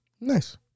Nice